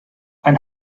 ein